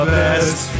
best